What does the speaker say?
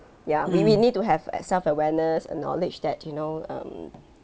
ya maybe you need to have a self-awareness and knowledge that you know um